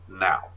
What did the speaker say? now